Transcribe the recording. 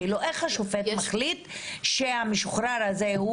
כאילו איך השופט מחליט שהמשוחרר הזה הוא